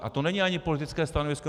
A to není ani politické stanovisko.